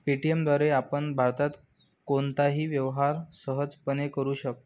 Paytm द्वारे आपण भारतात कोणताही व्यवहार सहजपणे करू शकता